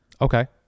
okay